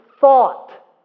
thought